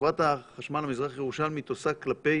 חברת החשמל המזרח הירושלמית עושה כלפי